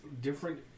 different